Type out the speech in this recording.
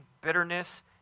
bitterness